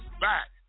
back